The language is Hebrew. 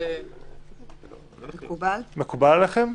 מקובל עליכם?